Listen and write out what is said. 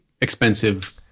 expensive